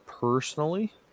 personally